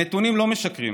הנתונים לא משקרים.